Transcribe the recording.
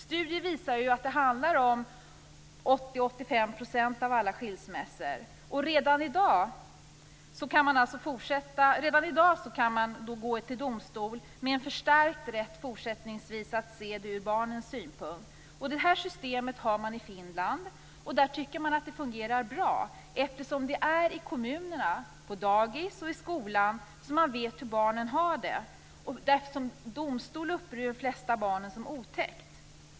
Studier visar att det handlar om 80-85 % av alla skilsmässor. Redan i dag kan man gå till domstol med en förstärkt rätt att se frågan ur barnets synpunkt. Detta system har man i Finland. Där tycker man att det fungerar bra, eftersom det är i kommunerna - på dagis och i skolan - som man vet hur barnen har det. De flesta barn upplever en domstol som otäck.